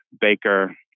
Baker